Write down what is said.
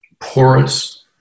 porous